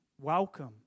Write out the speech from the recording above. welcome